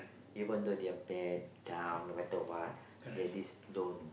even though they're bad down no matter what they're this don't